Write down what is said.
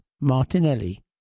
Martinelli